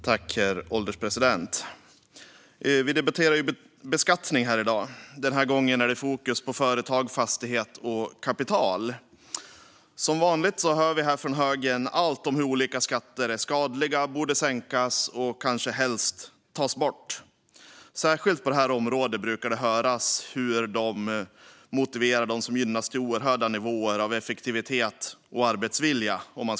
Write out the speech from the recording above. Herr ålderspresident! Vi debatterar beskattning här i dag. Den här gången är det fokus på företag, fastighet och kapital. Som vanligt hör vi från högern allt om hur olika skatter är skadliga, borde sänkas och kanske helst borde tas bort. Särskilt på det här området brukar man få höra hur sänkta skatter skulle motivera dem som gynnas till oerhörda nivåer av effektivitet och arbetsvilja.